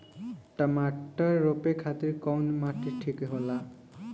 टमाटर रोपे खातीर कउन माटी ठीक होला?